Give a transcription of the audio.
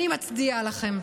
אני מצדיעה לכם.